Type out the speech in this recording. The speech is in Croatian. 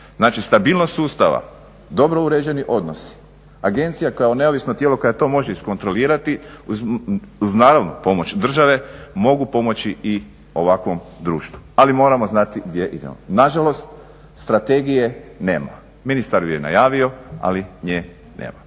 Znači stabilnost sustava, dobro uređeni odnosi, agencija kao neovisno tijelo koja to može iskontrolirati uz naravno pomoć države mogu pomoći i ovakvom društvu ali moramo znati gdje idemo. Nažalost strategije nema, ministar ju je najavio ali nje nema.